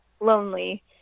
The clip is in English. lonely